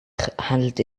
handelt